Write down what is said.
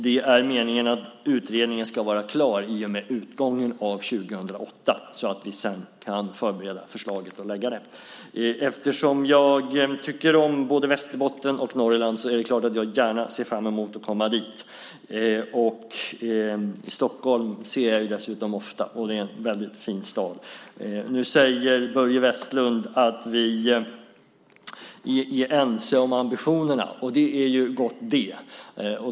Det är meningen att utredningen ska vara klar i och med utgången av 2008 för att vi sedan ska kunna förbereda och lägga fram förslaget. Eftersom jag tycker om både Västerbotten och Norrland är det klart att jag ser fram emot att komma dit. Stockholm ser jag ofta; det är en fin stad. Nu säger Börje Vestlund att vi är ense om ambitionerna, och det är ju gott det.